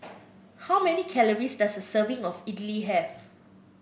how many calories does a serving of idly have